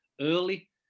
early